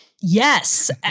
Yes